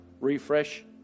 refresh